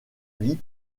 vie